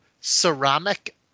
ceramic